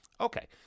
Okay